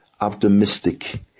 optimistic